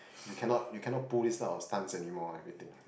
you cannot you cannot pull it out of stunts anymore everything